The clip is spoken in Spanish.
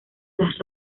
las